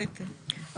הפתרון,